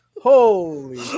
Holy